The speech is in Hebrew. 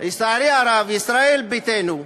ישראל ביתנו,